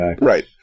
right